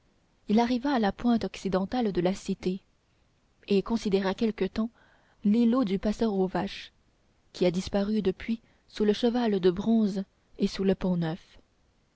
il arriva à la pointe occidentale de la cité et considéra quelque temps l'îlot du passeur aux vaches qui a disparu depuis sous le cheval de bronze et le